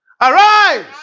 Arise